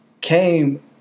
came